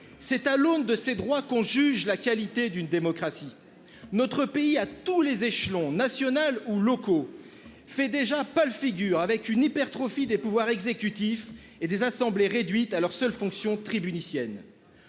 C'est à l'aune de ses droits qu'on juge la qualité d'une démocratie, notre pays à tous les échelons national ou locaux fait déjà pâle figure avec une hypertrophie des pouvoirs exécutif et des assemblées réduite à leur seule fonction tribunitienne.